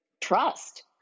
trust